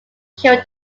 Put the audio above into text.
killed